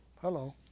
Hello